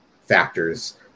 factors